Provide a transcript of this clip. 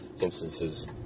instances